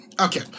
Okay